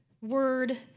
word